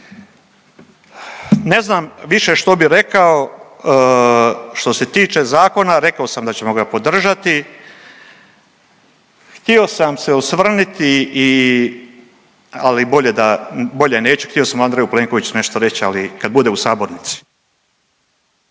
Ne znam više što bi rekao. Što se tiče zakona rekao sam da ćemo ga podržati. Htio sam se osvrnuti i, ali bolje da, bolje neću, htio sam Andreju Plenkoviću nešto reć, ali kad bude u sabornici.